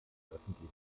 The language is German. öffentlichen